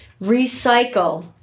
recycle